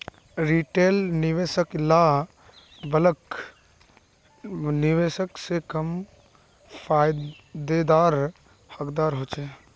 retail निवेशक ला bulk निवेशक से कम फायेदार हकदार होछे